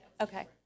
Okay